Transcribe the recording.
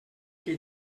què